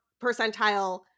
percentile